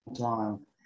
time